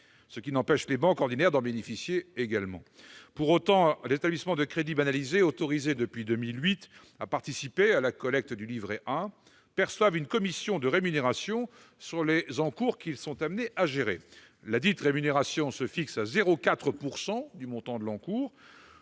ce qui n'empêche pas les banques ordinaires d'en bénéficier également. Pour autant, les établissements de crédit banalisés, autorisés depuis 2008 à participer à la collecte du livret A, perçoivent une commission de rémunération sur les encours qu'ils sont amenés à gérer. Ladite rémunération est fixée à 0,4 % du montant de l'encours,